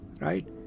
right